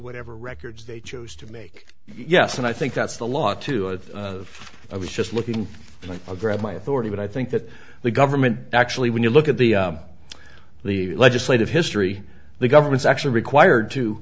whatever records they chose to make yes and i think that's the law to it i was just looking and i'll grab my authority but i think that the government actually when you look at the the legislative history the government's actually required to